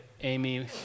Amy